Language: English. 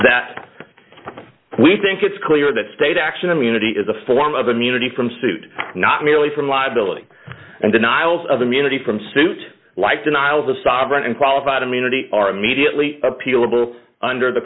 that we think it's clear that state action immunity is a form of immunity from suit not merely from liability and denials of immunity from suit like denials of sovereign and qualified immunity are immediately appealable under the